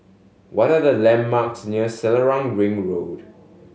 what are the landmarks near Selarang Ring Road